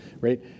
right